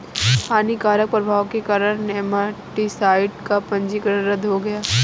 हानिकारक प्रभाव के कारण नेमाटीसाइड का पंजीकरण रद्द हो गया